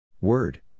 Word